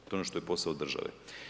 To je ono što je posao države.